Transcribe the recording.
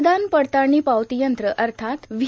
मतदान पडताळणी पावती यंत्र अर्थात व्ही